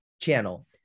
channel